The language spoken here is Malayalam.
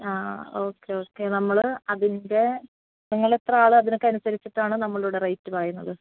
ആ ഓക്കെ ഓക്കെ നമ്മള് അതിൻ്റെ നിങ്ങളെത്രയാള് അതിനൊക്കെ അനുസരിച്ചിട്ടാണ് നമ്മളിവിടെ റേറ്റ് പറയുന്നത്